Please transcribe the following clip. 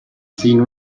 seen